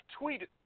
tweeted